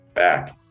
back